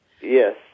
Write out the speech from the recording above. Yes